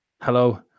hello